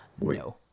no